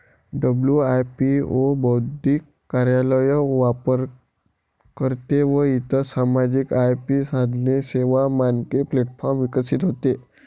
WIPO बौद्धिक कार्यालय, वापरकर्ते व इतर सामायिक आय.पी साधने, सेवा, मानके प्लॅटफॉर्म विकसित होते